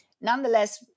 Nonetheless